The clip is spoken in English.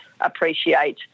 appreciate